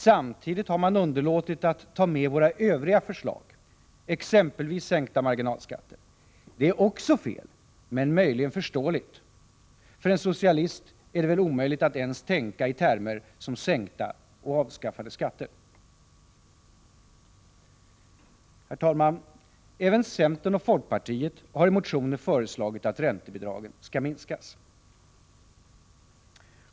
Samtidigt har man underlåtit att ta med våra övriga förslag, exempelvis sänkta marginalskatter. Det är också fel men möjligen förståeligt. För en socialist är det väl omöjligt att ens tänka i termer som sänkta och avskaffade skatter. Herr talman! Även centern och folkpartiet har i motioner föreslagit att räntebidragen skall minskas.